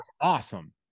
awesome